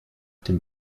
dem